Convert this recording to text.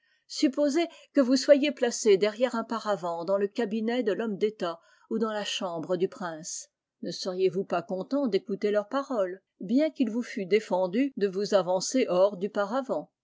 supposez que vous soyez placé derrière un para vent dans le cabinet de l'homme d'etat ou dan la chambre du prince ne seriez-vous pas contenta d'écouter leurs paroles bien qu'il vous fut défendu de vous avancer hors du paravent